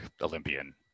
Olympian